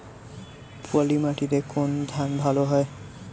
পলিমাটিতে কোন ধান ভালো হয়?